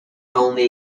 only